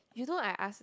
you know I ask